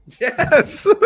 Yes